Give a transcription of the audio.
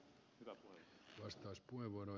arvoisa puhemies